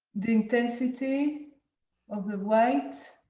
the intensity of the white